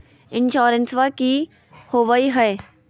इंसोरेंसबा की होंबई हय?